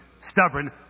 stubborn